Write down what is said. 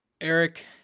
Eric